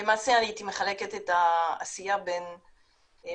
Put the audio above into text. למעשה אני הייתי מחלקת את העשייה בין מניעה,